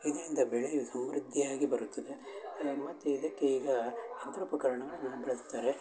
ಇದರಿಂದ ಬೆಳೆಯು ಸಮೃದ್ದಿಯಾಗಿ ಬರುತ್ತದೆ ಏ ಮತ್ತು ಇದಕ್ಕೆ ಈಗ ಯಂತ್ರೋಪಕರಣಗಳನ್ನು ಬಳಸ್ತಾರೆ